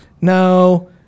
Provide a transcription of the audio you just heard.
No